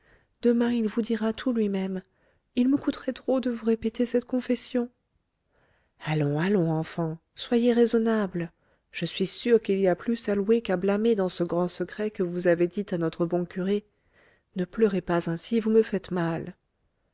demain il vous dira tout lui-même il me coûterait trop de vous répéter cette confession allons allons enfant soyez raisonnable je suis sûre qu'il y a plus à louer qu'à blâmer dans ce grand secret que vous avez dit à notre bon abbé ne pleurez pas ainsi vous me faites mal